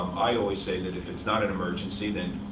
i always say that if it's not an emergency, then